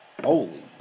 Holy